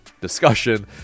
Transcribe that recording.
discussion